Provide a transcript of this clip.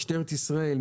משטרת ישראל,